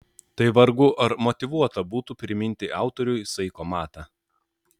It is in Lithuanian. tai vargu ar motyvuota būtų priminti autoriui saiko matą